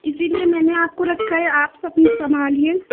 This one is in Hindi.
इसीलिए मैंने आपको रखा है आप सब कुछ संभालिए